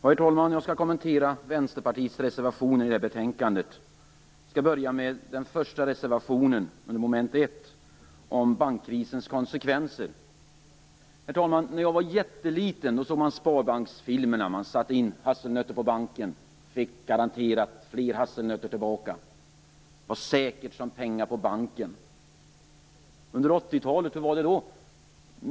Herr talman! Jag skall kommentera Vänsterpartiets reservationer vid det här betänkandet. Jag skall börja med reservation 1 under mom. 1 om bankkrisens konsekvenser. Herr talman! När jag var liten såg jag Sparbankens filmer, där man satte in hasselnötter på banken och garanterat fick tillbaka fler hasselnötter. Man sade "säkert som pengar på banken". Hur var det under 80-talet?